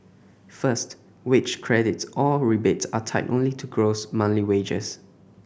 first wage credits or rebates are tied only to gross monthly wages